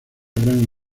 gran